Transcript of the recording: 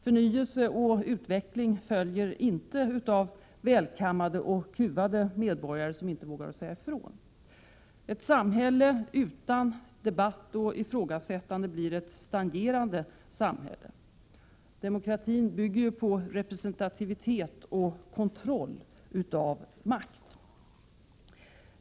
Förnyelse och utveckling kommer inte från välkammade och kuvade medborgare som inte vågar säga ifrån. Ett samhälle utan debatt och ifrågasättande blir ett stagnerande samhälle. Demokratin bygger på representativitet och kontroll av makt.